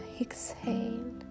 exhale